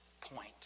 point